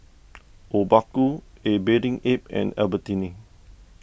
Obaku A Bathing Ape and Albertini